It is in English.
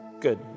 good